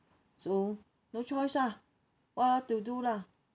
so no choice lah what to do lah